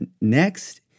Next